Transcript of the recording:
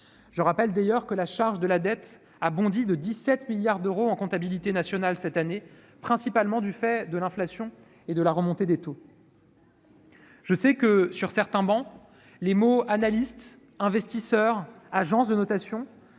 Je rappelle d'ailleurs que la charge de la dette a bondi de 17 milliards d'euros en comptabilité nationale cette année, principalement du fait de l'inflation et de la remontée des taux. Je sais que, sur certaines travées, les mots « analystes »,« investisseurs »,« agences de notation »